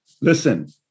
listen